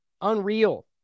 Unreal